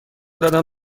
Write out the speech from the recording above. دادم